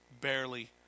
barely